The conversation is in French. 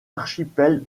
archipel